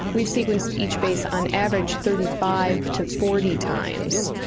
we've sequenced each base on average thirty five to forty times.